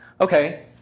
Okay